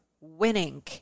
winning